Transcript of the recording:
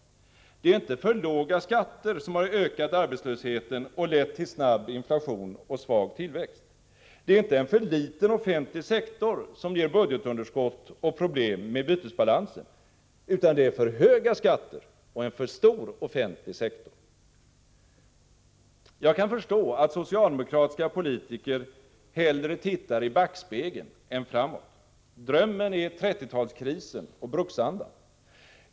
Det är inte för låga skatter som har ökat arbetslösheten och lett till snabb inflation och svag tillväxt. Det är inte en för liten offentlig sektor som ger budgetunderskott och problem med bytesbalansen, utan det är för höga skatter och en för stor offentlig sektor. Jag kan förstå att socialdemokratiska politiker hellre tittar i backspegeln än framåt. Drömmen är 1930-talskrisen och bruksandan.